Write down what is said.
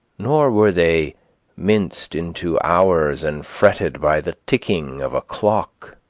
nor were they minced into hours and fretted by the ticking of a clock